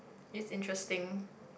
it's interesting